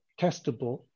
testable